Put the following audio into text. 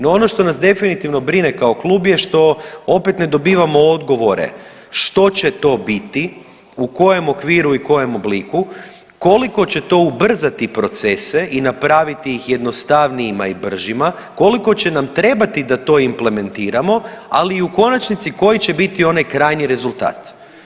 No, ono što nas definitivno brine kao klub je što opet ne dobivamo odgovore što će to biti, u kojem okviru i kojem obliku, koliko će to ubrzati procese i napraviti ih jednostavnijima i bržima, koliko će nam trebati da to implementiramo ali i u konačnici koji će biti onaj krajnji rezultat?